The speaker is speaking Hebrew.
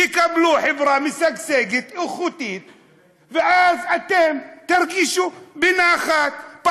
תקבלו חברה משגשגת, איכותית, ואז אתם תרגישו בנחת.